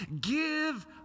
give